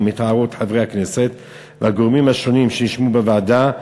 את הערות חברי הכנסת והגורמים השונים שנשמעו בוועדה,